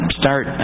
start